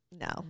No